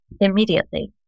immediately